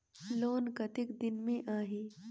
Loan कतेक दिन मे आही?